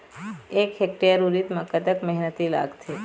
एक हेक्टेयर उरीद म कतक मेहनती लागथे?